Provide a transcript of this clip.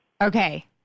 Okay